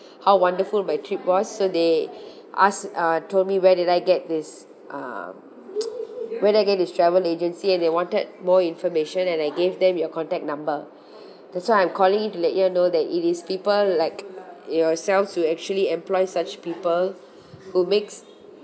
how wonderful my trip was so they ask uh told me where did I get this um where do I get this travel agency and they wanted more information and I gave them your contact number that's why I'm calling in to let you know that it is people like yourself to actually employ such people who makes